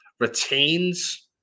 retains